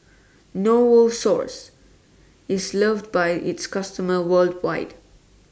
Novosource IS loved By its customers worldwide